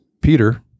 Peter